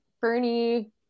Bernie